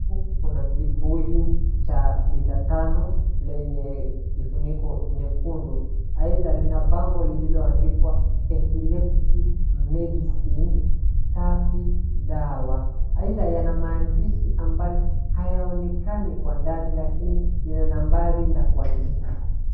Huu kuna kibuyu cha lita tano lenye kifuniko nyekundu. Aidha lina bango lililoandikwa Epilepsy Medicine Safi dawa. Aidha yanamaandishi ambayo hayaonekani kwa ndani lakini lina nambari la kuandika.